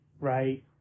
Right